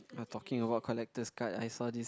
ah talking about collector's card I saw this